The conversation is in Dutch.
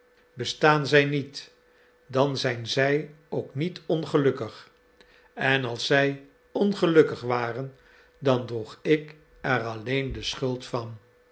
bestaan zij niet dan zijn zij ook niet ongelukkig en als zij ongelukkig waren dan droeg ik er alleen de schuld van